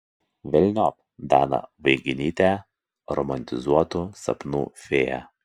velniop daną vaiginytę romantizuotų sapnų fėją